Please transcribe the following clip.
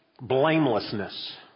blamelessness